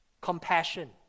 compassion